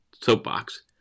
soapbox